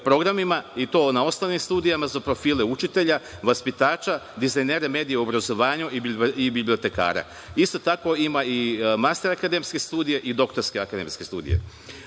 i to na: osnovnim studijama za profile učitelja, vaspitača, dizajnere medija u obrazovanju i bibliotekara. Isto tako, ima i master akademske studije i doktorske akademske studije. Na